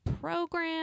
program